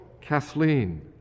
Kathleen